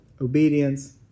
obedience